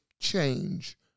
change